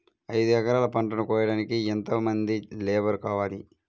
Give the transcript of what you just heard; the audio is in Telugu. ఐదు ఎకరాల పంటను కోయడానికి యెంత మంది లేబరు కావాలి?